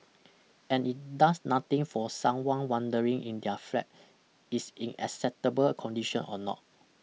and it does nothing for someone wondering in their flat is in acceptable condition or not